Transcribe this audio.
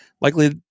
Likely